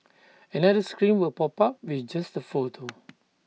another screen will pop up with just the photo